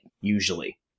usually